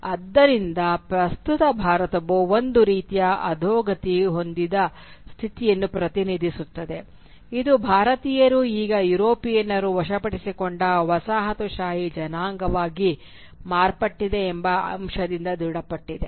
ಆದ್ದರಿಂದ ಪ್ರಸ್ತುತ ಭಾರತವು ಒಂದು ರೀತಿಯ ಅದೋಗತಿ ಹೊಂದಿದ ಸ್ಥಿತಿಯನ್ನು ಪ್ರತಿನಿಧಿಸುತ್ತದೆ ಇದು ಭಾರತೀಯರು ಈಗ ಯುರೋಪಿಯನ್ನರು ವಶಪಡಿಸಿಕೊಂಡ ವಸಾಹತುಶಾಹಿ ಜನಾಂಗವಾಗಿ ಮಾರ್ಪಟ್ಟಿದೆ ಎಂಬ ಅಂಶದಿಂದ ದೃಢಪಡಿಸಲ್ಪಟ್ಟಿದೆ